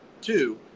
Two